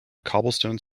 cobblestone